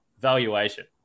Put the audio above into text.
valuation